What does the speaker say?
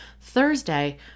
Thursday